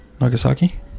Nagasaki